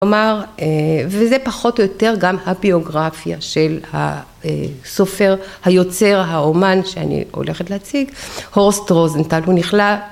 ‫כלומר, וזה פחות או יותר גם ‫הביוגרפיה של הסופר היוצר, ‫האומן שאני הולכת להציג, ‫הורסט רוזנטל, הוא נכלל...